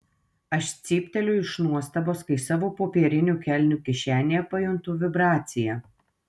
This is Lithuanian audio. aš cypteliu iš nuostabos kai savo popierinių kelnių kišenėje pajuntu vibraciją